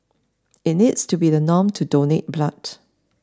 it needs to be the norm to donate blood